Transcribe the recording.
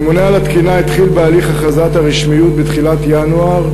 הממונה על התקינה התחיל בהליך הכרזת הרשמיות בתחילת ינואר,